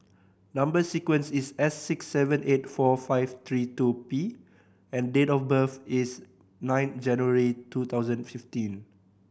number sequence is S six seven eight four five three two P and date of birth is nine January two thousand fifteen